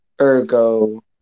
Ergo